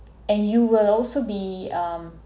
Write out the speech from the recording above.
and you will also be um